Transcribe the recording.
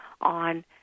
on